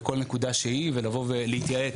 נקודה שהיא להתייעץ,